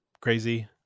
crazy